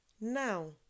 Now